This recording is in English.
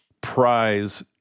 prize